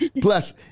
plus